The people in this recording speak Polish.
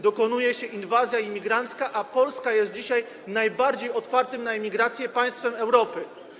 Dokonuje się inwazja imigrancka, a Polska jest dzisiaj najbardziej otwartym na imigrację państwem Europy.